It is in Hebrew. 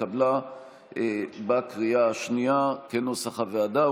התקבלה בקריאה שנייה כנוסח הוועדה.